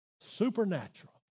Supernatural